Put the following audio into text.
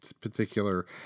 particular